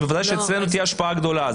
אז בוודאי שאצלנו תהיה השפעה גדולה.